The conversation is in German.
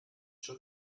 schon